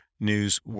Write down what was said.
News